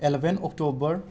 eleven October